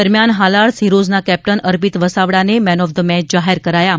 દરમિયાન હાલાર હીરોઝના કેપ્ટન અર્પિત વસાવડાને મેન ઓફ ધ મેચ જાહેર કરાયા હતા